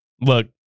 look